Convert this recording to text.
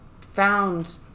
found